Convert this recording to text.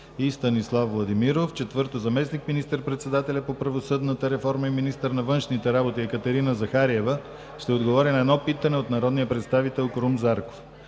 и Станислав Владимиров. 4. Заместник министър-председателят по правосъдната реформа и министър на външните работи Екатерина Захариева ще отговори на едно питане от народния представител Крум Зарков.